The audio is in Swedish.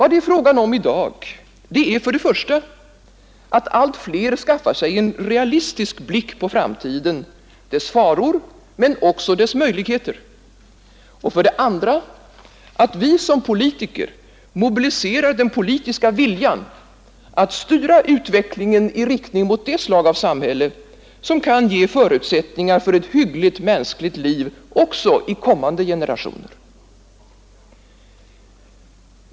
Det är i dag fråga om för det första att allt fler skaffar sig en realistisk blick på framtiden, dess faror men också dess möjligheter, och för det andra att vi som politiker mobiliserar den politiska viljan att styra utvecklingen i riktning mot det slag av samhälle som kan ge förutsättningar för ett hyggligt mänskligt liv också i kommande generationer.